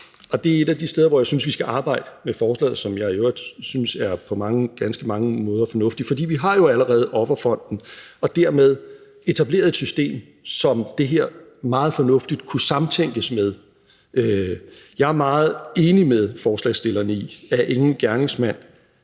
og det er et af de steder, hvor jeg synes vi skal arbejde med forslaget, som jeg i øvrigt synes på ganske mange måder er fornuftigt, for vi har jo allerede Offerfonden og dermed etableret et system, som det her meget fornuftigt kunne samtænkes med. Jeg er meget enig med forslagsstillerne i, at ingen gerningsmand